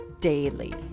daily